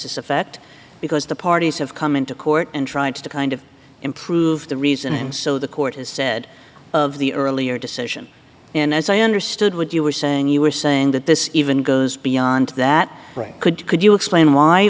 effect because the parties have come into court and tried to kind of improve the reason and so the court has said of the earlier decision and as i understood what you were saying you were saying that this even goes beyond that right could could you explain why